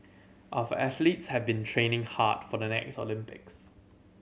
of athletes have been training hard for the next Olympics